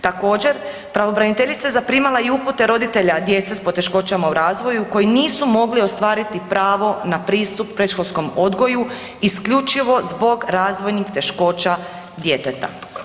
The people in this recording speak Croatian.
Također, pravobraniteljica je zaprimala i upute roditelja djece s poteškoćama u razvoju koji nisu mogli ostvariti pravo na pristup predškolskom odgoju isključivo zbog razvojnih teškoća djeteta.